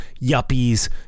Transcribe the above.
yuppies